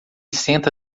senta